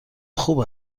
خوب